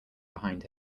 behind